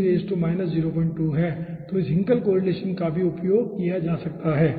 तो इस Hinkle correlation का भी उपयोग किया जा सकता है